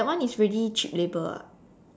that one is really cheap labour ah